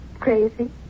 crazy